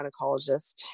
gynecologist